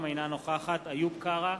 אינה נוכחת איוב קרא,